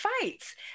fights